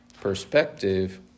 perspective